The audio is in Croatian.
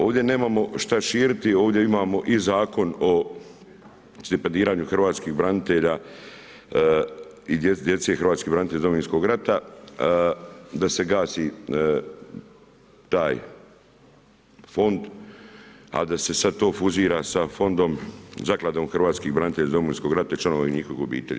Ovdje nemamo šta širiti, ovdje imamo i Zakon o stipendiranju hrvatskih branitelja i djece hrvatskih branitelja iz Domovinskog rata, da se gasi taj fond, a da se to sada fuzira sa fondom, zakladom hrvatskih branitelja iz Domovinskog rata i članova njihovih obitelji.